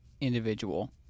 individual